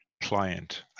client